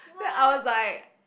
then I was like